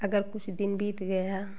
अगर कुछ दिन बीत गया